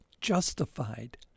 justified